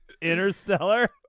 Interstellar